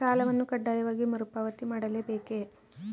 ಸಾಲವನ್ನು ಕಡ್ಡಾಯವಾಗಿ ಮರುಪಾವತಿ ಮಾಡಲೇ ಬೇಕೇ?